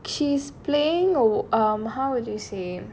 she's playing oh um how will you say